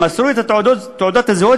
את תעודות הזהות